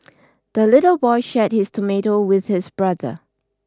the little boy shared his tomato with his brother